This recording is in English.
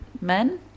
men